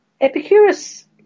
Epicurus